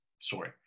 sorry